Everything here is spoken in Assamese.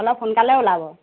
অলপ সোনকালে ওলাব